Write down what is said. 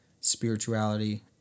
spirituality